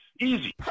Easy